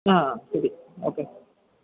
ആ ശരി ഓക്കെ